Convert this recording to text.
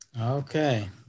Okay